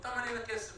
אותם מעניין הכסף,